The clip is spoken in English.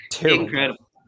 incredible